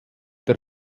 der